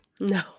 No